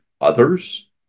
others